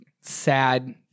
sad